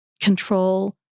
control